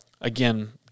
Again